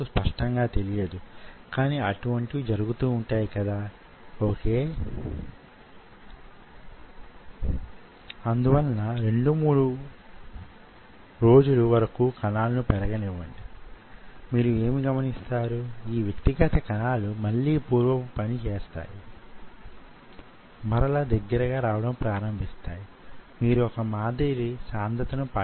వీటి గురించే కాకుండా hippocampal neuron micro channel technology మరియు అడ్వాన్స్డ్ ఎలక్ట్రికల్ సిస్టమ్స్ గురించి మాట్లాడుకుందాం